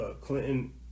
Clinton